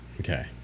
Okay